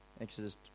exodus